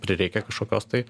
prireikia kažkokios tai